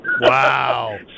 Wow